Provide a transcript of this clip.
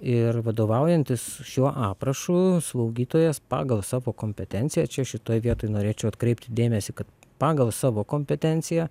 ir vadovaujantis šiuo aprašu slaugytojas pagal savo kompetenciją čia šitoj vietoj norėčiau atkreipti dėmesį kad pagal savo kompetenciją